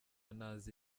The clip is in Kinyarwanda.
ntazi